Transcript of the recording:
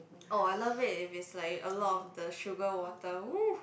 oh I love it if it's like a lot of the sugar water !whoa!